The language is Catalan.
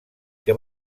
que